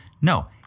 no